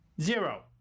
Zero